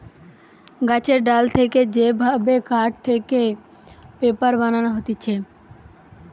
গাছের ডাল থেকে যে ভাবে কাঠ থেকে পেপার বানানো হতিছে